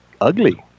ugly